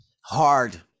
Hard